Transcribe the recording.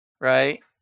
right